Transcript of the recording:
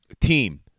Team